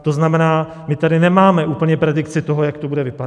To znamená, my tady nemáme úplně predikci toho, jak to bude vypadat.